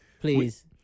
please